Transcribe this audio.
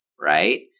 right